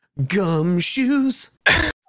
gumshoes